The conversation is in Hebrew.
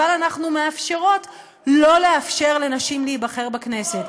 אבל אנחנו מאפשרות לא לאפשר לנשים להיבחר בכנסת,